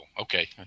Okay